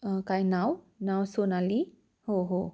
काय नाव नाव सोनाली हो हो